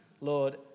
Lord